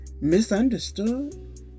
misunderstood